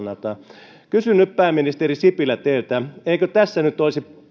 ihmisten kannalta kysyn nyt pääministeri sipilä teiltä eikö tässä nyt olisi